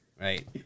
right